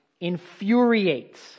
infuriates